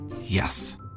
Yes